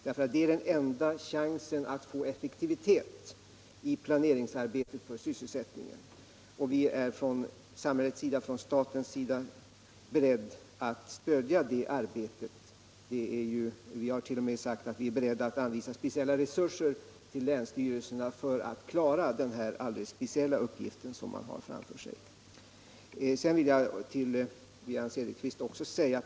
Det är den enda chansen att få effektivitet i planeringsarbetet för sysselsättningen, och vi är från statens sida beredda att stödja det arbetet. Vi hart.o.m. sagt att vi är beredda att anvisa speciella resurser till länsstyrelserna för att klara den här särskilda uppgiften.